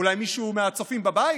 אולי מישהו מהצופים בבית?